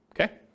Okay